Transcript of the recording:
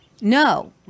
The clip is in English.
No